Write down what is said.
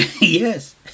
Yes